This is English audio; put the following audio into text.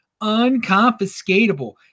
unconfiscatable